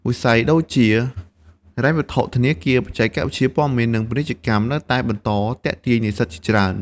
វិស័យដូចជា ហិរញ្ញវត្ថុ ធនាគារ បច្ចេកវិទ្យាព័ត៌មាន និងពាណិជ្ជកម្មនៅតែបន្តទាក់ទាញនិស្សិតជាច្រើន។